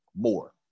more